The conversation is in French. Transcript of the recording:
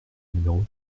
numéro